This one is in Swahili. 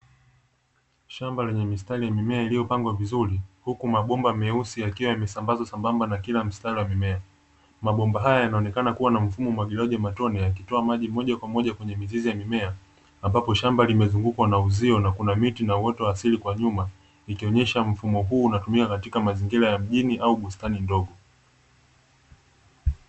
Shamba lenye mistari ya mimea iliyopangwa vizuri, huku mabomba meusi yakiwa yamesambazwa sambamba na kila mstari wa mimea. Mabomba haya yanaonekana kuwa na mfumo wa umwagiliaji wa matone yakitoa maji moja kwa moja kwenye mizizi ya mimea, ambapo shamba limezungukwa na uzio na kuna miti na uoto wa asili kwa nyuma, ikionyesha mfumo huu unatumika katika mazingira ya mjini au katika bustani ndogo.